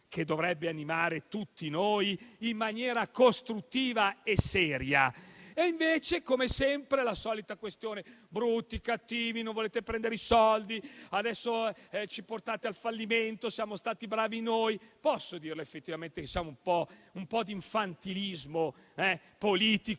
che dovrebbe animare tutti noi in maniera costruttiva e seria. Invece, come sempre, c'è la solita questione: «Brutti, cattivi, non volete prendere i soldi; adesso ci portate al fallimento. Siamo stati bravi noi». Posso dire che effettivamente in questa Nazione un po' di infantilismo politico